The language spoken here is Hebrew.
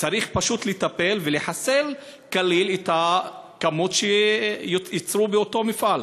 צריך פשוט לטפל ולחסל כליל את הכמות שייצרו באותו מפעל.